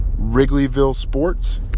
Wrigleyvillesports